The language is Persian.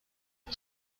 بره